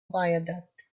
viaduct